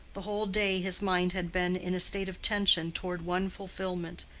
the whole day his mind had been in a state of tension toward one fulfillment.